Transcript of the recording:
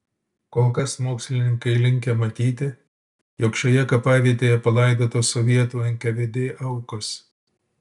kol kas mokslininkai linkę matyti jog šioje kapavietėje palaidotos sovietų nkvd aukos